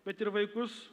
bet ir vaikus